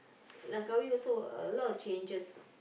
Langkawi also a lot of changed